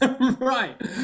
right